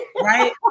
Right